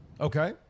Okay